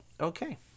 Okay